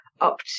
up